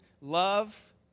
love